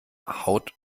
haut